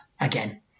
again